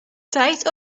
tijd